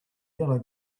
yellow